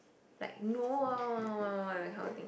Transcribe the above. like no ah !wah! !wah! !wah! that kind of thing